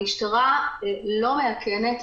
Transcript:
המשטרה לא מאכנת,